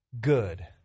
good